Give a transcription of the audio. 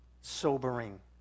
Sobering